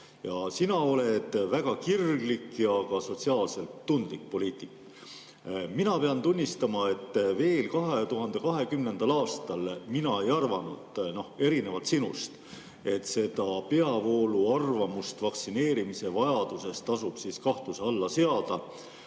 Sina oled väga kirglik ja ka sotsiaalselt tundlik poliitik. Mina pean tunnistama, et veel 2020. aastal mina ei arvanud, erinevalt sinust, et seda peavooluarvamust vaktsineerimise vajaduse kohta tasub kahtluse alla seada.